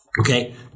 Okay